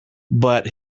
but